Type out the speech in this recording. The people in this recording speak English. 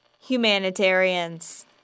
Humanitarians